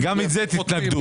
2.4%, גם לזה תתנגדו.